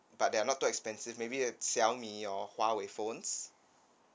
but they are not too expensive maybe a Xiaomi or Huawei phones